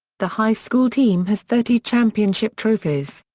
the high school team has thirty championship trophies.